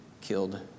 killed